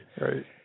Right